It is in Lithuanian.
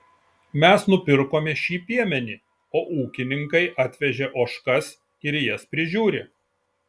mes nupirkome šį piemenį o ūkininkai atvežė ožkas ir jas prižiūri